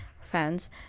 fans